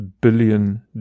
billion